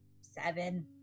Seven